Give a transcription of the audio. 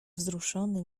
wzruszony